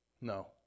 No